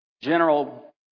general